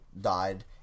died